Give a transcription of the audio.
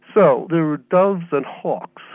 so, there were doves and hawks.